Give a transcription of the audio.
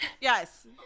yes